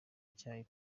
icyayi